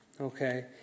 okay